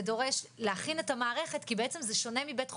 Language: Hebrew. זה דורש להכין את המערכת כי בעצם זה שונה מבית חולים,